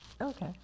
Okay